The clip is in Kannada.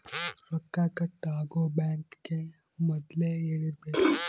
ರೊಕ್ಕ ಕಟ್ ಆಗೋ ಬ್ಯಾಂಕ್ ಗೇ ಮೊದ್ಲೇ ಹೇಳಿರಬೇಕು